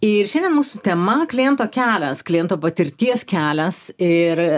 ir šiandien mūsų tema kliento kelias kliento patirties kelias ir